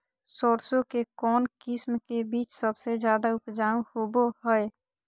सरसों के कौन किस्म के बीच सबसे ज्यादा उपजाऊ होबो हय?